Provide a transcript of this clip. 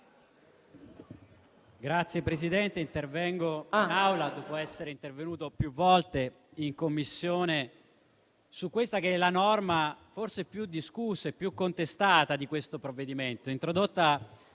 Signora Presidente, intervengo in Aula, dopo essere intervenuto più volte in Commissione, su questa che è la norma forse più discussa e contestata di questo provvedimento,